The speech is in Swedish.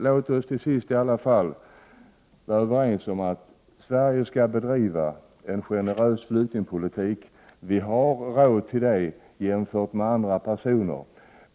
Låt oss till sist åtminstone vara överens om att Sverige skall bedriva en generös flyktingpolitik. Sverige har i förhållande till andra länder råd med det.